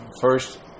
first